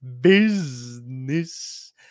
Business